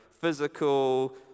physical